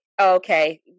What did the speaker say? okay